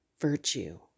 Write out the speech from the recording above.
virtue